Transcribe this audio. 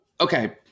okay